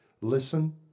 listen